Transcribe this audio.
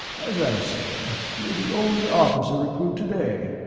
as i say, you're the only officer recruit today.